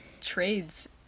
trades